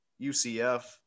UCF